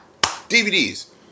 dvds